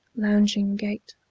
lounging gait,